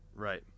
Right